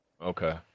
okay